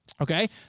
Okay